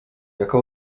jaka